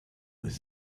with